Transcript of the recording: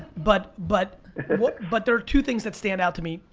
but but but there are two things that stand out to me.